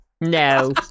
no